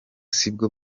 sibwo